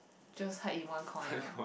just hide in one corner